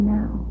now